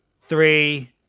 three